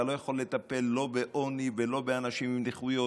אתה לא יכול לטפל בעוני ולא באנשים עם נכויות.